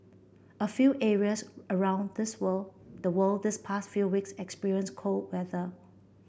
a few areas around this world the world this pass few weeks experience cold weather